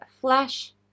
Flash